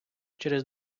через